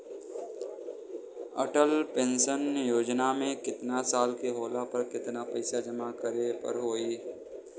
Atal pension योजना मे केतना साल के होला पर केतना पईसा जमा करे के होई?